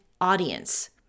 audience